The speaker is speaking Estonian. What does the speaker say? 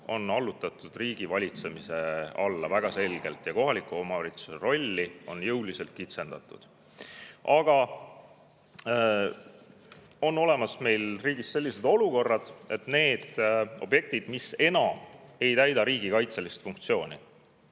allutatud riigivalitsemise alla ja kohaliku omavalitsuse rolli on jõuliselt kitsendatud. Aga meil riigis on olemas sellised olukorrad, kus need objektid, mis enam ei täida riigikaitselist funktsiooni,